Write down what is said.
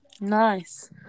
nice